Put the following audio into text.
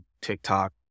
TikTok